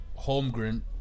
Holmgren